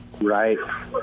Right